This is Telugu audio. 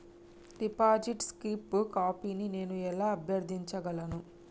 డిపాజిట్ స్లిప్ కాపీని నేను ఎలా అభ్యర్థించగలను?